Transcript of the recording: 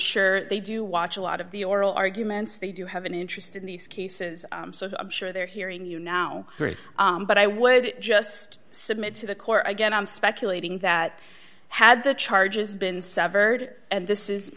sure they do watch a lot of the oral arguments they do have an interest in these cases so i'm sure they're hearing you now but i would just submit to the court again i'm speculating that had the charges been severed and this is